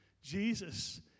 Jesus